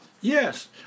Yes